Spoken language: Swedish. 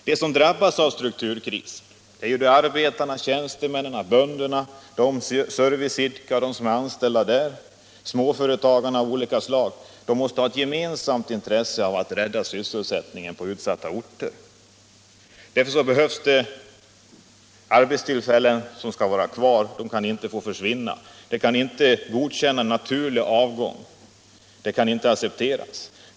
De som drabbas av strukturkrisen, dvs. arbetare och tjänstemän, bönder, serviceidkare och deras anställda samt småföretagare av olika slag, måste ha ett gemensamt intresse av att rädda sysselsättningen på utsatta orter. Därför är det ett krav att arbetstillfällena måste få vara kvar. Vi kan inte acceptera att de får försvinna med den naturliga avgången.